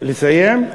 לסיים?